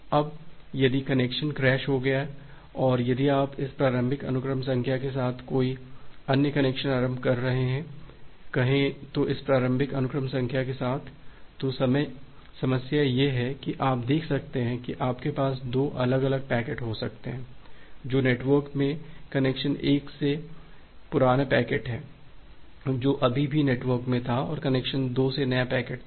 अब यदि यह कनेक्शन क्रैश हो गया है और यदि आप इस प्रारंभिक अनुक्रम संख्या के साथ कोई अन्य कनेक्शन आरंभ कर रहे हैं कहें तो इस प्रारंभिक अनुक्रम संख्या के साथ तो समस्या यह है कि आप देख सकते हैं कि आपके पास 2 अलग अलग पैकेट हो सकते हैं जो नेटवर्क में हैं कनेक्शन 1 से एक पुराना पैकेट है जो अभी भी नेटवर्क में था और कनेक्शन 2 से नया पैकेट था